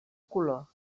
color